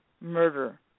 murder